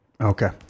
okay